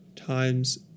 Times